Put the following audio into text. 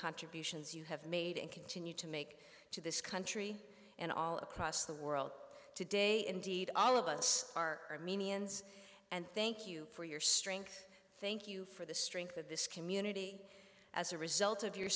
contributions you have made and continue to make to this country and all across the world today indeed all of us are many ends and thank you for your strength thank you for the strength of this community as a result of your